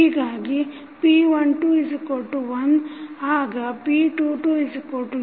ಹೀಗಾಗಿ p121 then p222